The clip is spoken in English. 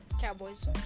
Cowboys